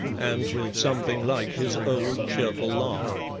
and with something like his old, cheerful laugh.